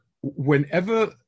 whenever